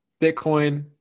Bitcoin